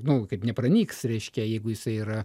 nu kaip nepranyks reiškia jeigu jisai yra